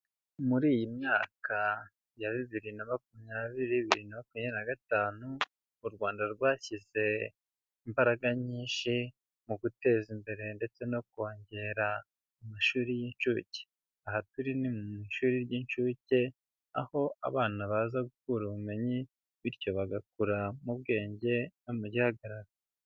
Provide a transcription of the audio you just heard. Muri iyi myaka ya bibiri na makumyabiri bibiri na makumyabiri na gatanu, u Rwanda rwashyize imbaraga nyinshi mu guteza imbere ndetse no kongera amashuri y'inshuke, aha turi ni mu ishuri ry'inshuke, aho abana baza gukura ubumenyi, bityo bagakura mu bwenge no mu gihagararo.